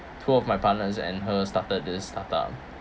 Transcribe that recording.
two of my partners and her started this start-up